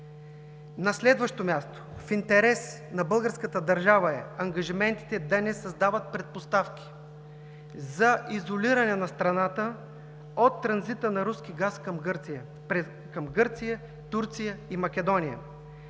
На следващо място, в интерес на българската държава е ангажиментите да не създават предпоставки за изолиране на страната от транзита на руски газ към Гърция, Турция и Македония.